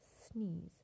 sneeze